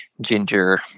Ginger